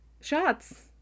shots